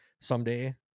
someday